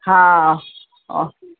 हा और